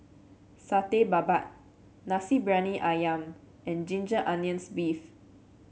Satay Babat Nasi Briyani ayam and Ginger Onions beef